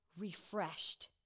refreshed